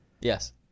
Yes